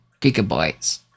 gigabytes